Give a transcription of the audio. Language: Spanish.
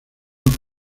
vino